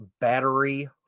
battery